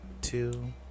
two